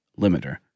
limiter